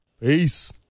Peace